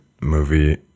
movie